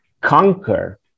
conquer